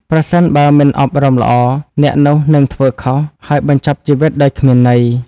ប្រសិនបើមិនអប់រំល្អ អ្នកនោះនឹងធ្វើខុស ហើយបញ្ចប់ជីវិតដោយគ្មានន័យ។